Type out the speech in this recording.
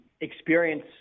experience